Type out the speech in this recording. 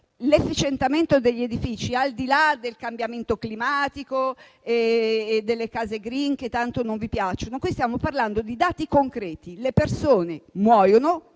efficientamento, al di là del cambiamento climatico e delle case *green* che tanto non vi piacciono. Stiamo parlando di dati concreti. Le persone muoiono